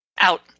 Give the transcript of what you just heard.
out